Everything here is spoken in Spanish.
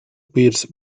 pierce